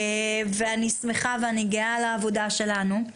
אני שמחה וגאה על העבודה שלנו,